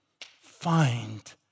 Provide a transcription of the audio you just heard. find